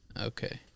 Okay